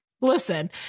Listen